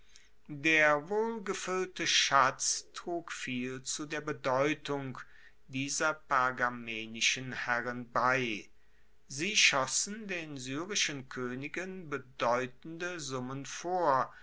der wohlgefuellte schatz trug viel zu der bedeutung dieser pergamenischen herren bei sie schossen den syrischen koenigen bedeutende summen vor